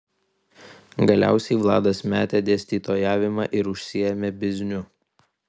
galiausiai vladas metė dėstytojavimą ir užsiėmė bizniu